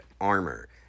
armor